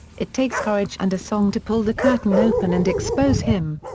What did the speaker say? it takes courage and a song to pull the curtain open and expose him.